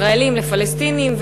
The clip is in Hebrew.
ישראלים לפלסטינים,